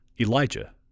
Elijah